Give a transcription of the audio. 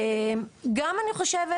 גם אני חושבת,